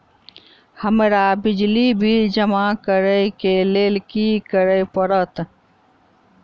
हमरा बिजली बिल जमा करऽ केँ लेल की करऽ पड़त?